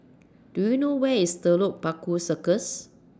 Do YOU know Where IS Telok Paku Circus